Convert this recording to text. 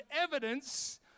evidence